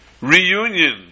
reunion